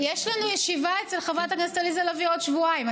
יש לנו ישיבה אצל חברת הכנסת עליזה לביא עוד שבועיים.